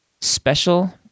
Special